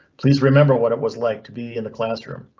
please remember what it was like to be in the classroom.